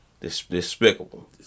despicable